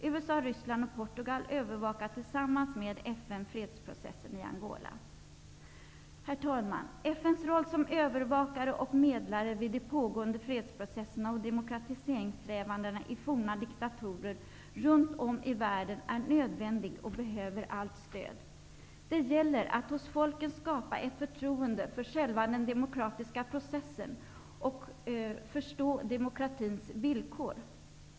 USA, Ryssland och Portugal övervakar tillsammans med FN Herr talman! FN:s roll som övervakare och medlare vid de pågående fredsprocesserna och demokratiseringssträvandena i forna diktaturer runt om i världen är nödvändig och behöver allt stöd. Det gäller att hos folken skapa ett förtroende för själva den demokratiska processen och förstå demokratins villkor.